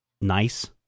nice